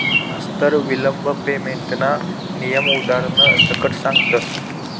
मास्तर विलंब पेमेंटना नियम उदारण सकट सांगतस